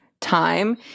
time